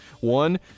one